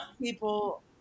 people